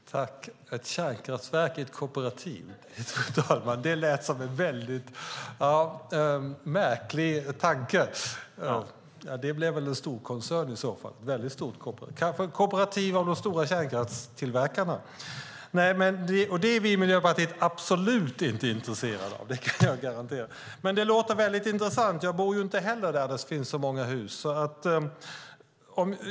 Fru talman! Ett kärnkraftverk i ett kooperativ - det lät som en märklig tanke! Det blir i så fall en storkoncern - kanske ett kooperativ av de stora kärnkraftstillverkarna. Det är vi i Miljöpartiet absolut inte intresserade av; det kan jag garantera. Det andra låter intressant. Inte heller där jag bor finns det så många hus.